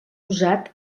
usat